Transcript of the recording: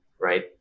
right